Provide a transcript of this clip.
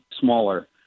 smaller